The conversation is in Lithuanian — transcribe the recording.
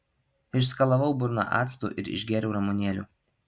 išskalavau burną actu ir išgėriau ramunėlių